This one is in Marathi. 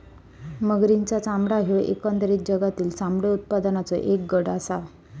मगरींचा चामडा ह्यो एकंदरीत जगातील चामडे उत्पादनाचों एक गट आसा